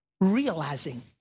realizing